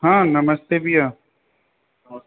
हाँ नमस्ते भैया